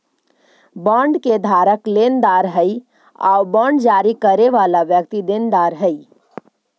bond के धारक लेनदार हइ आउ बांड जारी करे वाला व्यक्ति देनदार हइ